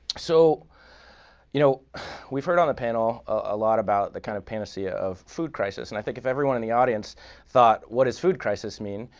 so you know we've heard on the panel a lot about the kind of panacea of food crisis. and i think if everyone in the audience thought, what does food crisis mean,